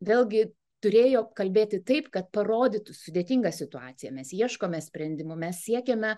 vėlgi turėjo kalbėti taip kad parodytų sudėtingą situaciją mes ieškome sprendimų mes siekiame